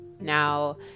Now